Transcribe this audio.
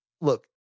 look